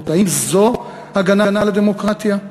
האם זאת הגנה על הדמוקרטיה?